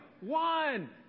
one